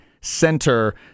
Center